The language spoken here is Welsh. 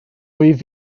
wyf